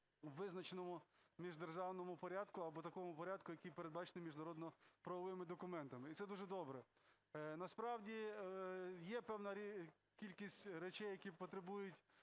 у визначеному міждержавному порядку або такому порядку, який передбачений міжнародно-правовими документами. І це дуже добре. Насправді є певна кількість речей, які потребують